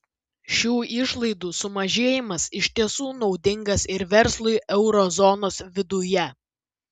šių išlaidų sumažėjimas iš tiesų naudingas ir verslui euro zonos viduje